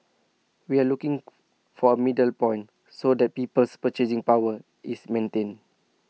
we are looking for A middle point so that people's purchasing power is maintained